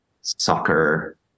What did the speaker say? soccer